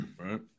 Right